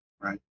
right